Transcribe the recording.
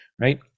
right